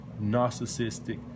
narcissistic